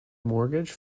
mortgage